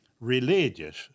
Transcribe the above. religious